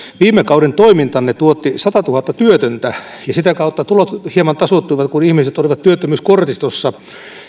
viime kauden toimintanne tuotti satatuhatta työtöntä ja sitä kautta tulot hieman tasoittuivat kun ihmiset olivat työttömyyskortistossa